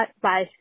Bye